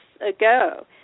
ago